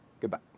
Goodbye